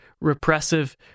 repressive